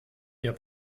der